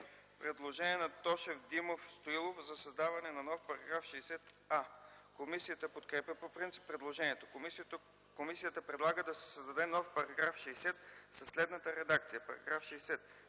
представители Тошев, Димов, Стоилов за създаване на нов § 60а. Комисията подкрепя по принцип предложението. Комисията предлага да се създаде нов § 60 със следната редакция: